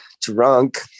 drunk